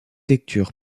lecture